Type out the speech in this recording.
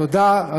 תודה,